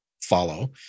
follow